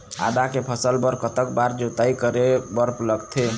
आदा के फसल बर कतक बार जोताई करे बर लगथे?